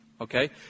okay